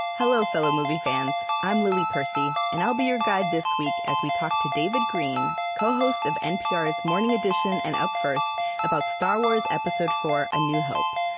hello fellow movie fans. i'm lily percy and i'll be your guide this week as we talk to david greene, co-host of npr's morning edition and up first about star wars episode iv a new hope.